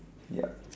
ya